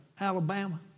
Alabama